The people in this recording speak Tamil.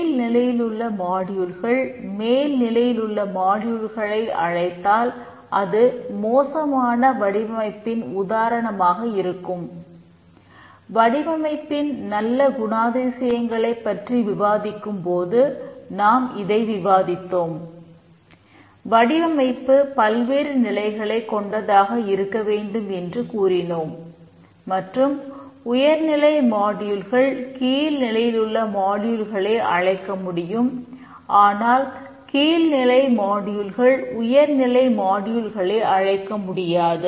கீழ்நிலையில் உள்ள மாடியூல்கள் அழைக்க முடியாது